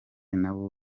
n’abo